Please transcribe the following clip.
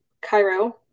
Cairo